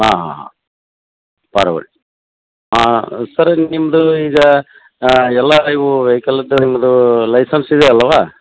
ಹಾಂ ಹಾಂ ಹಾಂ ಪರ್ವಾಗಿಲ್ಲ ಹಾಂ ಸರ್ ನಿಮ್ದು ಈಗ ಎಲ್ಲ ಇವು ವೆಯ್ಕಲ್ಲುದು ನಿಮ್ದು ಲೈಸನ್ಸ್ ಇದೆ ಅಲ್ಲವಾ